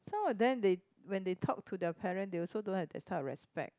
some of them they when they talk to their parent they also don't have that type of respect